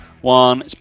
one